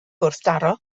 gwrthdaro